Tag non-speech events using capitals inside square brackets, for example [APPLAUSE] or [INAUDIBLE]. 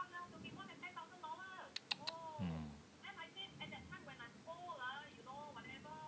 [NOISE] mm